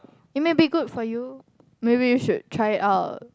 it maybe good for you maybe you should try it out